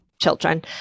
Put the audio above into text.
children